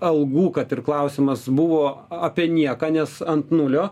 algų kad ir klausimas buvo apie nieką nes ant nulio